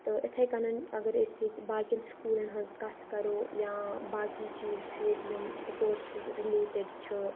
تہٕ اِتھَے کٔنَن اگر أسۍ ییٚتہِ باقٕیَن سکوٗلَن ہٕنٛز کَتھ کَرو یاں باقٕے چیٖز چھُ ییٚتہِ یِم سپوٹسٕز رِلیٹِڈ چھُ